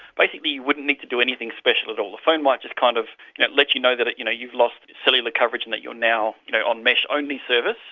basically you wouldn't need to do anything special at all. the phone might just kind of yeah let you know that you know you've lost cellular coverage and that you are now you know on mesh-only service.